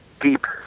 deep